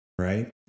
right